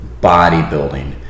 bodybuilding